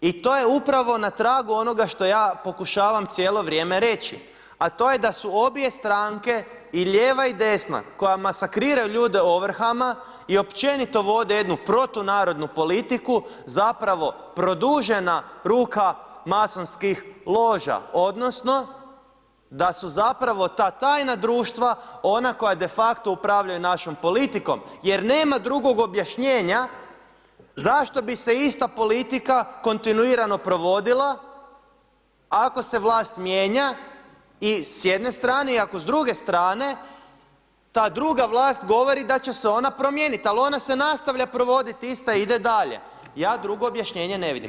I to je upravo na tragu onoga što ja pokušavam cijelo vrijeme reći, a to je da su obje stranke i lijeva i desna koja masakriraju ljude ovrhama i općenito vode jednu protunarodnu politiku zapravo produžena ruka masonskih loža odnosno da su zapravo ta tajna društva ona koja defakto upravljaju našom politikom jer nema drugog objašnjenja zašto bi se ista politika kontinuirano provodila ako se vlast mijenja i s jedne strane, iako s druge strane, ta druga vlast govori da će se ona promijeniti, ali ona se nastavlja provoditi, ista ide dalje, ja drugog objašnjenje ne vidim.